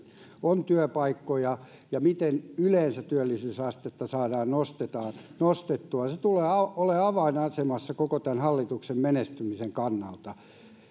on työpaikkoja ja miten yleensä työllisyysastetta saadaan nostettua se tulee olemaan avainasemassa koko tämän hallituksen menestymisen kannalta